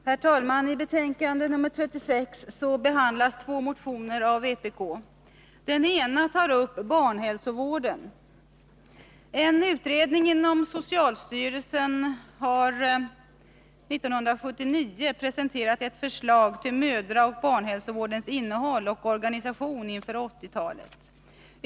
Herr talman! I betänkandet nr 36 behandlas två motioner av vpk. Den ena gäller barnhälsovården. En utredning inom socialstyrelsen har 1979 presenterat ett förslag om mödraoch barnhälsovårdens innehåll och organisation inför 1980-talet.